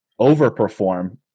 overperform